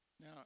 Now